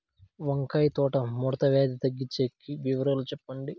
వంకాయ తోట ముడత వ్యాధి తగ్గించేకి వివరాలు చెప్పండి?